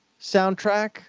soundtrack